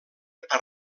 per